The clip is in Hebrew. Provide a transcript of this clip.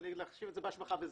להשאיר את זה בהשבחה.